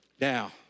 Now